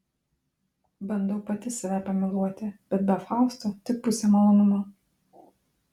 bandau pati save pamyluoti bet be fausto tik pusė malonumo